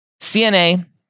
CNA